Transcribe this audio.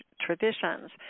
traditions